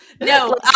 No